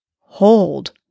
Hold